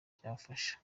byafasha